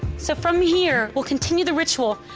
so from here, we'll continue the ritual.